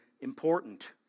important